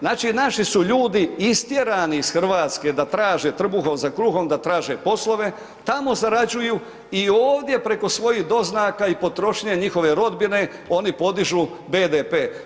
Znači naši su ljudi istjerani iz Hrvatske da traže trbuhom za kruhom, da traže poslove, tamo zarađuju i ovdje preko svojih doznaka i potrošnje njihove rodbine oni podižu BDP.